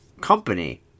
company